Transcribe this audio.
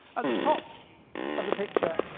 at the top of the picture,